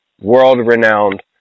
world-renowned